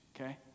okay